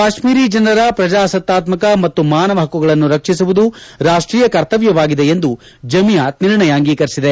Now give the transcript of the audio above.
ಕಾಶ್ಮೀರಿ ಜನರ ಪ್ರಜಾಸತಾತ್ಮಕ ಮತ್ತು ಮಾನವ ಪಕ್ಕಗಳನ್ನು ರಕ್ಷಿಸುವುದು ರಾಷ್ಷೀಯ ಕರ್ತವ್ಕವಾಗಿದೆ ಎಂದು ಜಮಿಯಾತ್ ನಿರ್ಣಯ ಅಂಗೀಕರಿಸಿದೆ